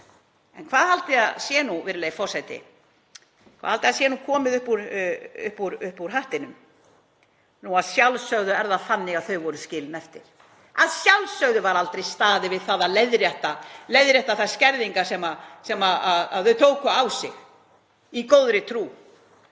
En hvað haldið þið að sé nú, virðulegi forseti, hvað haldið þið að sé nú komið upp úr hattinum? Að sjálfsögðu var það þannig að þau voru skilin eftir. Að sjálfsögðu var aldrei staðið við að leiðrétta þær skerðingar sem þau tóku á sig í góðri trú